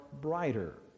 brighter